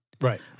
Right